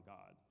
God